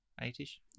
eight-ish